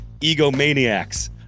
egomaniacs